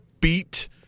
beat